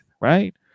Right